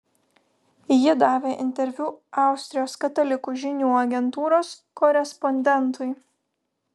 ji davė interviu austrijos katalikų žinių agentūros korespondentui